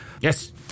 Yes